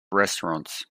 restaurants